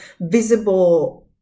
visible